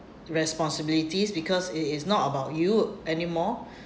responsibilities because it is not about you anymore